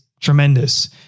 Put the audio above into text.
tremendous